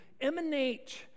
emanate